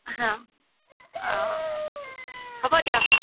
হাঁ অঁ হ'ব দিয়ক